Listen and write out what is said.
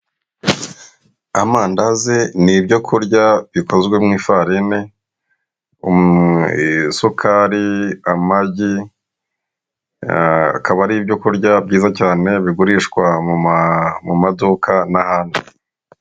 Amandazi ni ibyo kurya bikoze mu ifarini, isukari, amagi, akaba ari ibyo kurya byiza cyane bigurishwa mu maduka n'ahandi.